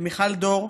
למיכל דור,